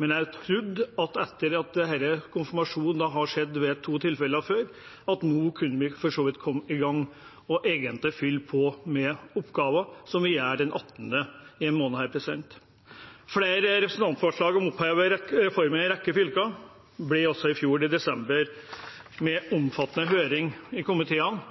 men jeg trodde at etter at denne konfirmasjonen hadde skjedd ved to tilfeller før, kunne vi nå for så vidt komme i gang og egentlig fylle på med oppgaver, som vi gjør den 18. denne måneden. Flere representantforslag om å oppheve reformen i en rekke fylker ble fremmet også i desember i fjor, og med en omfattende høring i komiteene.